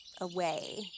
away